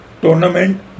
tournament